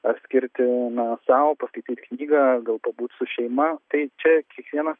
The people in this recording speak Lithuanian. ar skirti na sau pasakyt knygą gal pabūt su šeima tai čia kiekvienas